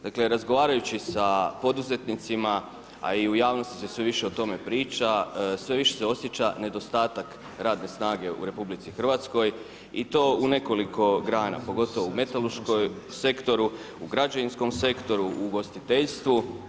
Dakle, razgovarajući sa poduzetnicima a i u javnosti se sve više o tome priča, sve više se osjeća nedostatak radne snage u RH i to u nekoliko grana, pogotovo u metalurškom sektoru, u građevinskom sektoru, u ugostiteljstvu.